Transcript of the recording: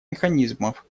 механизмов